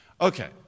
Okay